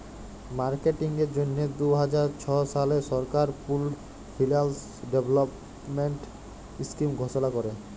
মার্কেটিংয়ের জ্যনহে দু হাজার ছ সালে সরকার পুল্ড ফিল্যাল্স ডেভেলপমেল্ট ইস্কিম ঘষলা ক্যরে